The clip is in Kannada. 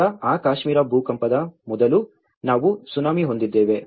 ನಂತರ ಆ ಕಾಶ್ಮೀರ ಭೂಕಂಪದ ಮೊದಲು ನಾವು ಸುನಾಮಿ ಹೊಂದಿದ್ದೇವೆ